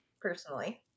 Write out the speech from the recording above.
personally